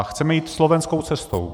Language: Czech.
Chceme jít slovenskou cestou.